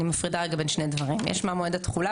אני מפרידה רגע בין שני דברים: יש מועד התחולה